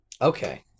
Okay